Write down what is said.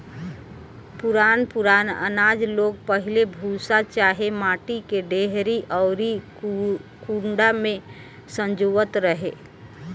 पुरान पुरान आनाज लोग पहिले भूसा चाहे माटी के डेहरी अउरी कुंडा में संजोवत रहे